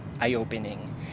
eye-opening